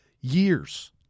years